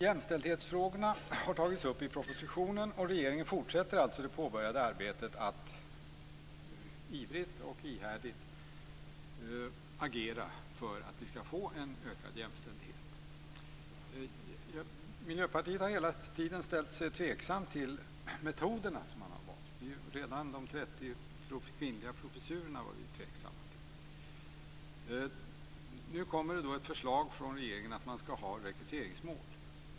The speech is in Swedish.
Jämställdhetsfrågorna har tagits upp i propositionen och regeringen fortsätter alltså det påbörjade arbetet med att ivrigt och ihärdigt agera för att vi skall få en ökad jämställdhet. Miljöpartiet har hela tiden ställt sig tveksamt till de metoder man har valt. Vi var tveksamma redan till de 30 kvinnliga professurerna. Nu kommer det ett förslag från regeringen om att man skall ha rekryteringsmål.